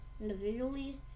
individually